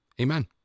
Amen